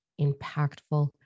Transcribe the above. impactful